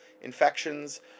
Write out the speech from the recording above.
infections